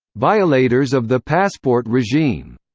violators of the passport regime,